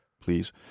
please